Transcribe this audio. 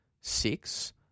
six